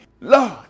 Lord